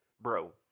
Bro